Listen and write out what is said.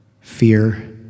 fear